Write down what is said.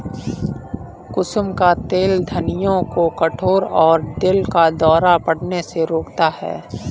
कुसुम का तेल धमनियों को कठोर और दिल का दौरा पड़ने से रोकता है